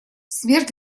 смерть